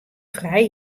frij